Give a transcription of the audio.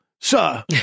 sir